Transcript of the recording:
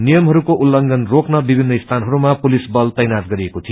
नियमहरूको उल्लंघन रोक्नविशिनन स्थानहरूमा पुलिस बल तैनात गरिएको थियो